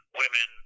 women